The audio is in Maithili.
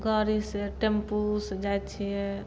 गड़ी से टेम्पू से जाइ छियै